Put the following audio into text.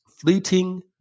fleeting